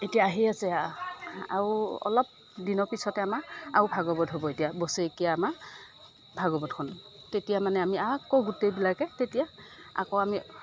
এতিয়া আহি আছে আৰু অলপ দিনৰ পিছতে আমাৰ আৰু ভাগৱত হ'ব এতিয়া বছৰেকীয়া আমাৰ ভগৱতখন তেতিয়া মানে আমি আকৌ গোটেইবিলাকে তেতিয়া আকৌ আমি